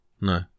no